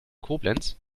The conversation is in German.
koblenz